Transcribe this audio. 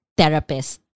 therapist